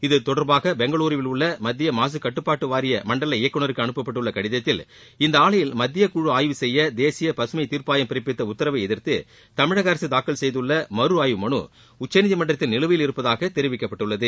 இதுதொடர்பாக பெங்களுருவில் உள்ள மத்திய மாசுக் கட்டுப்பாட்டு வாரிய மண்டல இயக்குநருக்கு அனுப்பப்பட்டுள்ள கடிதத்தில் இந்த ஆலையில் மத்திய குழு ஆய்வு செய்ய தேசிய பசுமை தீர்ப்பாயம் பிறப்பித்த உத்தரவை எதிர்த்து தமிழக அரசு தாக்கல் செய்துள்ள மறுஆய்வு மனு உச்சநீதிமன்றத்தில் நிலுவையில் இருப்பதாக தெரிவிக்கப்பட்டுள்ளது